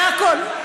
זה הכול.